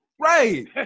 Right